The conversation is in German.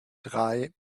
drei